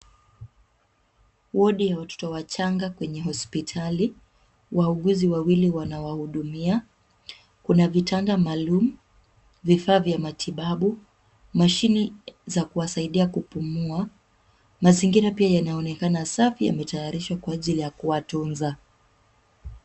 Wodi ya watoto wachanga kwenye hospitali. Wauguzi wawili wanawahudumia. Kuna vitanda maalum, vifaa vya matibabu, mashini za kuwasaidia kupumua. Mazingira pia yanaonekana safi yametayarishwa kwa ajili ya kuwatunza.